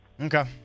Okay